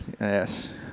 Yes